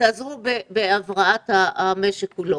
תעזרו בהבראת המשק כולו.